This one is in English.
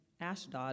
Ashdod